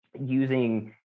using